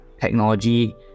technology